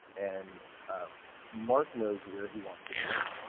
and mark knows where he wants to go,